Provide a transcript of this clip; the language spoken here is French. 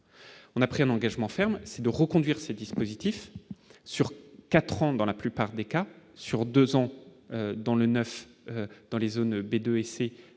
on a pris un engagement ferme de reconduire ce dispositif sur 4 ans dans la plupart des cas sur 2 ans, dans le 9 dans les zones B2 et C,